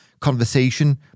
conversation